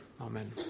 Amen